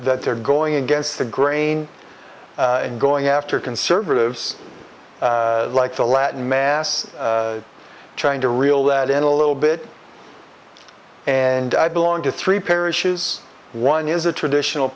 that they're going against the grain and going after conservatives like the latin mass trying to reel that in a little bit and i belong to three parishes one is a traditional